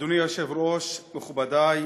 אדוני היושב-ראש, מכובדי,